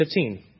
15